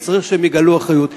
וצריך שהם יגלו אחריות.